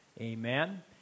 Amen